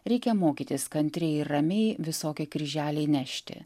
reikia mokytis kantriai ir ramiai visokie kryželiai nešti